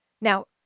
Now